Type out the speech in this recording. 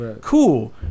cool